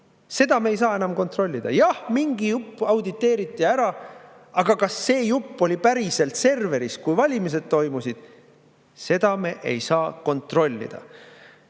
Seda me ei saa enam kontrollida. Jah, mingi jupp auditeeriti ära, aga kas see jupp oli päriselt serveris, kui valimised toimusid, seda me ei saa kontrollida.